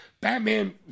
Batman